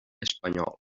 espanyol